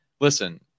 listen